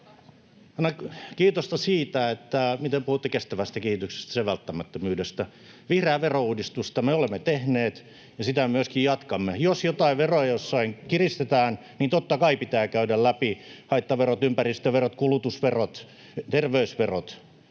kiitosta siitä, miten puhutte kestävästä kehityksestä ja sen välttämättömyydestä. Vihreää verouudistusta me olemme tehneet ja sitä myöskin jatkamme. Jos joitain veroja jossain kiristetään, niin totta kai pitää käydä läpi haittaverot, ympäristöverot, kulutusverot, terveysverot,